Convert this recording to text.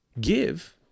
give